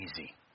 easy